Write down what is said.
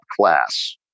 class